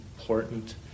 important